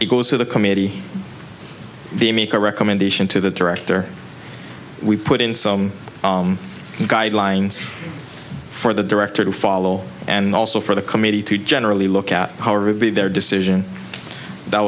it goes to the committee they make a recommendation to the director we put in some guidelines for the director to follow and also for the committee to generally look at how ruby their decision that